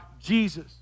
Jesus